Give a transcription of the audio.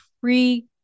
free